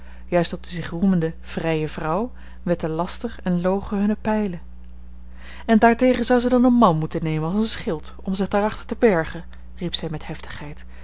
juist op de zich roemende vrije vrouw wetten laster en logen hunne pijlen en daartegen zou zij dan een man moeten nemen als een schild om zich daarachter te bergen riep zij met heftigheid